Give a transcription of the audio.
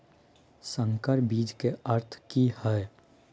संकर बीज के अर्थ की हैय?